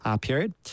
period